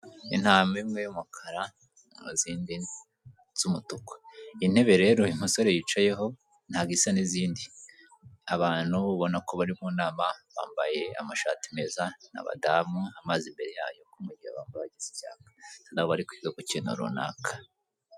intama imwe y'umukara n'zindi z'umutuku intebe rero umusore yicayeho ntago isa n'izindi abantu ubona ko bari mu nama bambaye amashati meza n'abadamu amazi imbere yabo ko mu gihe abantu bagize icyaka nabo bari kwiga ku kintu runaka